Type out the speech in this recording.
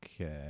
Okay